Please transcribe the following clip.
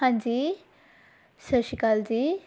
ਹਾਂਜੀ ਸਤਿ ਸ਼੍ਰੀ ਅਕਾਲ ਜੀ